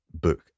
book